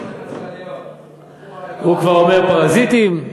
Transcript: הוא כבר אומר: "פרזיטים".